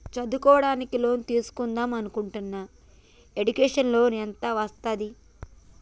చదువుకోవడానికి లోన్ తీస్కుందాం అనుకుంటున్నా ఎడ్యుకేషన్ లోన్ ఎంత వస్తది?